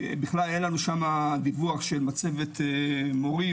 אין לנו שמה דיווח של מצבת מורים,